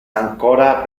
ancora